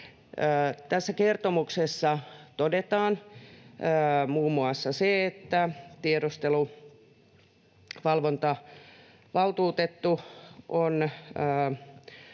Tässä kertomuksessa todetaan muun muassa se, että tiedusteluvalvontavaltuutettu on